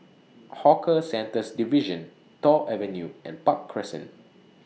Hawker Centres Division Toh Avenue and Park Crescent